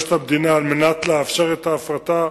שמגבשת המדינה על מנת לאפשר את ההפרטה,